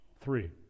Three